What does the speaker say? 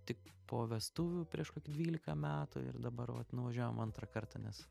tik po vestuvių prieš dvylika metų ir dabar vat nuvažiavom antrą kartą nes